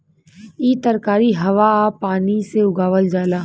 इ तरकारी हवा आ पानी से उगावल जाला